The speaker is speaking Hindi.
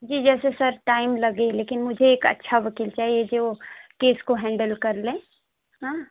जी जैसे सर टाइम लगे लेकिन मुझे एक अच्छा वकील चाहिए जी केस को हैंडल कर लें हाँ